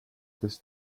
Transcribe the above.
this